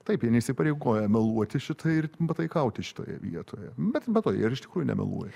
taip jie neįsipareigoja meluoti šitai ir pataikauti šitoje vietoje bet be to jie ir iš tikrųjų nemeluoja